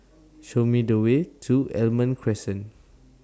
Show Me The Way to Almond Crescent